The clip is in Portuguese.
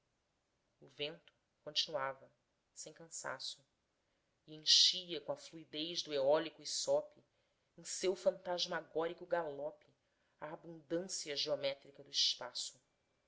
o vento continuava sem cansaço e enchia com a fluidez do eólico hissope em seu fantasmagórido galope a abundância geométrica do espaço